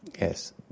Yes